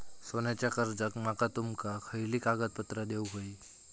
सोन्याच्या कर्जाक माका तुमका खयली कागदपत्रा देऊक व्हयी?